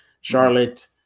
Charlotte